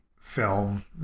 film